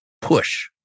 push